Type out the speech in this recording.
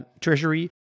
treasury